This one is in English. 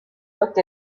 looked